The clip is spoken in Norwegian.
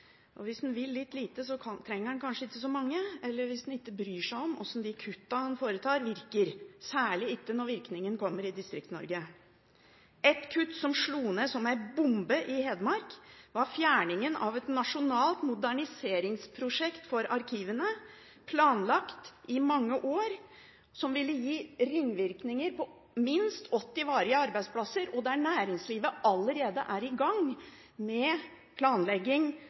Hvis en vil litt lite, så trenger en kanskje ikke så mange – og hvis en ikke bryr seg om hvordan de kuttene en foretar, virker, særlig ikke når virkningen kommer i Distrikts-Norge. Et kutt som slo ned som en bombe i Hedmark, var fjerningen av et nasjonalt, moderniseringsprosjekt for arkivene – planlagt i mange år – som vil gi ringvirkninger på minst 80 varige arbeidsplasser, og næringslivet er allerede i gang med planlegging